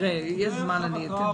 אם יהיה זמן אני אאפשר.